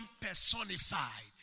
personified